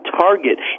target